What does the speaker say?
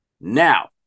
now